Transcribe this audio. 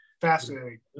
fascinating